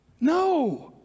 No